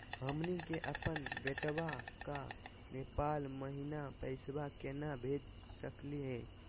हमनी के अपन बेटवा क नेपाल महिना पैसवा केना भेज सकली हे?